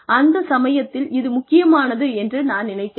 அந்த சமயத்தில் இது முக்கியமானது என்று நான் நினைத்தேன்